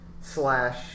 slash